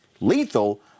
lethal